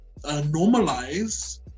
normalize